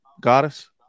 goddess